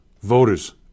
Voters